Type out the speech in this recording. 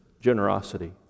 generosity